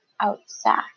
outside